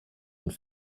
und